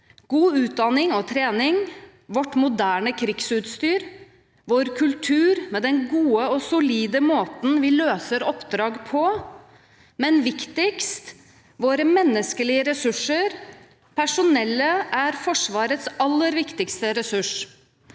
god utdanning og trening, vårt moderne krigsutstyr, vår kultur, med den gode og solide måten vi løser oppdrag på, men viktigst; våre menneskelige ressurser. Personellet er Forsvarets aller viktigste ressurs.